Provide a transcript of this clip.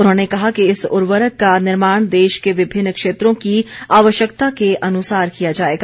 उन्होंने कहा कि इस उर्वरक का निर्माण देश के विभिन्न क्षेत्रों की आवश्यकता के अनुसार किया जाएगा